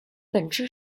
本质